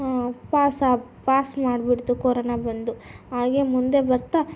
ಪಾಸಾಪ್ pass ಮಾಡ್ಬಿಡ್ತು corona ಬಂದು ಹಾಗೆ ಮುಂದೆ ಬರ್ತಾ